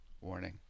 Warning